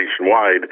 nationwide